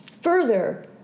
further